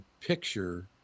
picture